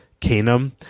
Canum